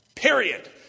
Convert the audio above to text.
Period